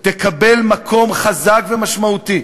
תקבל מקום חזק ומשמעותי,